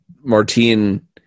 Martine